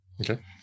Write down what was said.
Okay